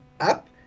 up